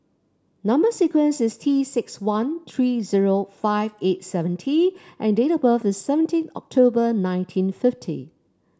number sequence is T six one three zero five eight seven T and date of birth is seventeen October nineteen fifty